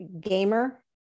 gamer